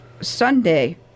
Sunday